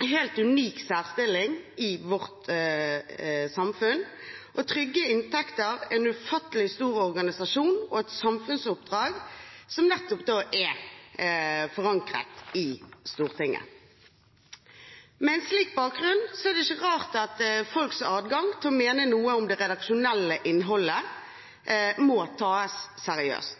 helt unik særstilling i vårt samfunn, med trygge inntekter, en ufattelig stor organisasjon og et samfunnsoppdrag som er forankret i Stortinget. Med en slik bakgrunn er det ikke rart at folks adgang til å mene noe om det redaksjonelle innholdet må tas seriøst.